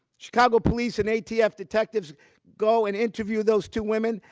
chicago police and atf detectives go and interview those two women,